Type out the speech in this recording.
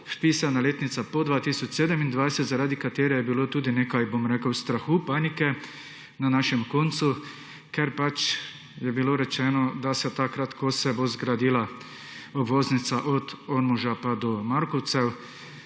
spisana letnica po 2027, zaradi katerih je bilo tudi nekaj bom rekel strahu, panike na našem koncu, ker pač je bilo rečeno, da se takrat, ko se bo zgodila obvoznica od Ormoža pa do Markovec